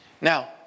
Now